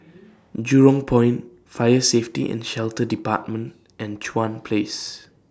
Jurong Point Fire Safety and Shelter department and Chuan Place